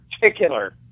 particular